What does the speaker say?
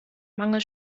mangel